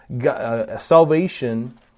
salvation